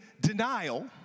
denial